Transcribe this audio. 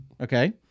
Okay